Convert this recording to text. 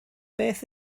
beth